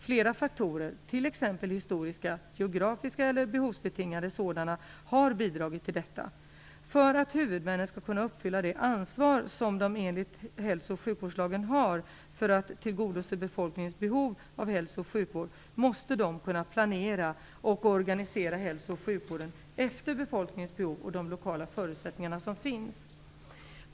Flera faktorer, t.ex. historiska, geografiska eller behovsbetingade sådana, har bidragit till detta. För att huvudmännen skall kunna uppfylla det ansvar som de enligt hälso och sjukvårdslagen har för att tillgodose befolkningens behov av hälso och sjukvård måste de kunna planera och organisera hälso och sjukvården efter befolkningens behov och de lokala förutsättningar som finns.